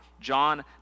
John